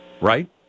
right